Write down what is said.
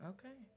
Okay